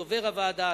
דובר הוועדה,